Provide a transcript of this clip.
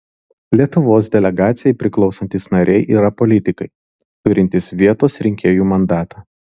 lietuvos delegacijai priklausantys nariai yra politikai turintys vietos rinkėjų mandatą